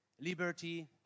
liberty